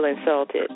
insulted